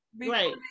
Right